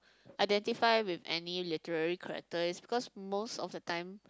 identify with any literally character is because most of the time